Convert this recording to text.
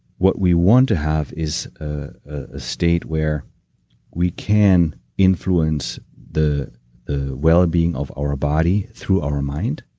what we want to have is a state where we can influence the the well-being of our body through our mind,